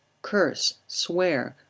curse, swear,